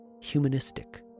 Humanistic